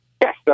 Yes